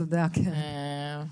תודה, קרן.